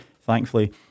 thankfully